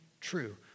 true